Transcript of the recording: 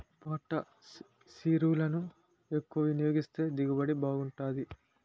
పొటాషిరులను ఎక్కువ వినియోగిస్తే దిగుబడి బాగుంటాది